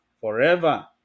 forever